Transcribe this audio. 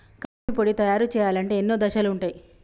coffee పొడి తయారు చేయాలంటే ఎన్నో దశలుంటయ్